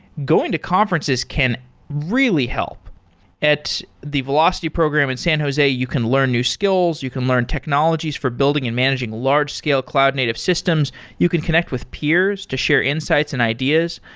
going to conferences can really help at the velocity program in san jose, you can learn new skills, you can learn technologies for building and managing large-scale cloud native systems, you can connect with peers to share insights and ideas.